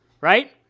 Right